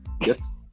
Yes